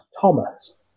Thomas